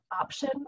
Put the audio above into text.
option